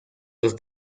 los